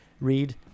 read